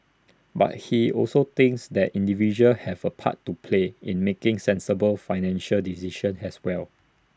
but he also thinks that individuals have A part to play in making sensible financial decisions as well